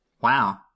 Wow